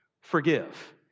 Forgive